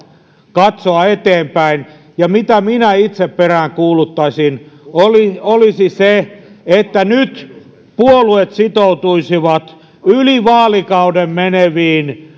katsoa eteenpäin ja se mitä minä itse peräänkuuluttaisin olisi se että nyt puolueet sitoutuisivat yli vaalikauden menevään